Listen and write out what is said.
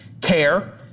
care